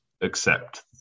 accept